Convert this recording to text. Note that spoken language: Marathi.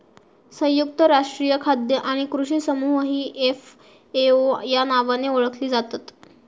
संयुक्त राष्ट्रीय खाद्य आणि कृषी समूह ही एफ.ए.ओ या नावाने ओळखली जातत